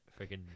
freaking